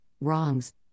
wrongs